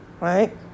Right